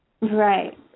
right